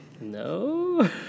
no